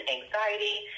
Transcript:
anxiety